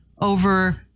over